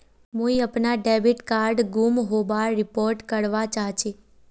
मुई अपना debit card गूम होबार रिपोर्ट करवा चहची